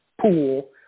pool